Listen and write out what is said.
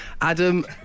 Adam